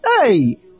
Hey